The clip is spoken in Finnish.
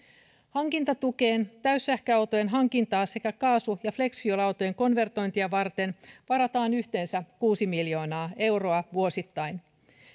hankintatukeen täyssähköautojen hankintaa sekä kaasu ja flexifuel autojen konvertointia varten varataan yhteensä kuusi miljoonaa euroa vuosittain